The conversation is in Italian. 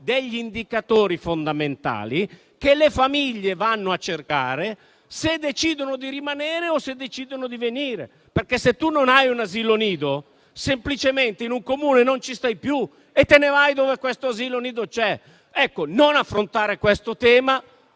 degli indicatori fondamentali che le famiglie vanno a cercare, se decidono di rimanere o di venire, perché, se uno non ha un asilo nido, semplicemente in un Comune non ci sta più e se ne va dove quell'asilo nido c'è. Non affrontare questo tema,